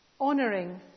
honouring